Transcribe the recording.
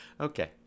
Okay